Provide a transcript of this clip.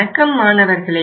வணக்கம் மாணவர்களே